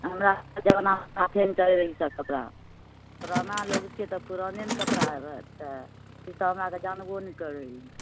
हमरा आरके जबानामे साफे नहि चलै रहै ई सब कपड़ा पुराना लोग छियै तऽ पुराने ने कपड़ा होयतै तऽ ई सब हमरा आरके जानबो नहि करै हियै